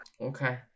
Okay